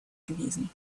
gewesen